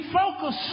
focus